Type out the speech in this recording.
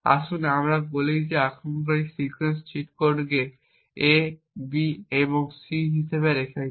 আসুন আমরা বলি যে আক্রমণকারী সিকোয়েন্স চিট কোডকে A B এবং C হিসাবে রেখেছে